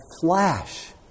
flash